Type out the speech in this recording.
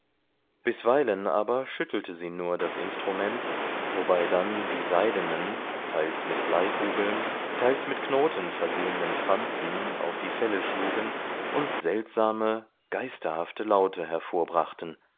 bisweilen aber schüttelte sie nur das instrument wobei dann die seidenen teils mit bleikugeln teils mit knoten versehenen franzen auf die felle schlugen und seltsame geisterhafte laute